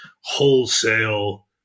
wholesale